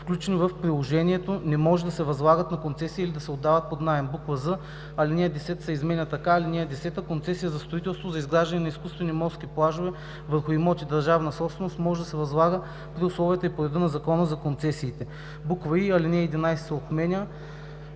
включени в приложението, не може да се възлагат на концесия, или да се отдават под наем.“ з) алинея 10 се изменя така: „(10) Концесия за строителство за изграждане на изкуствени морски плажове върху имоти – държавна собственост, може да се възлага при условията и по реда на Закона за концесиите.“; и) алинея 11 се отменя.